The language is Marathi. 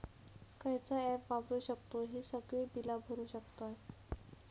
खयचा ऍप वापरू शकतू ही सगळी बीला भरु शकतय?